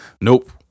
Nope